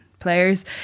players